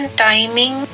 timing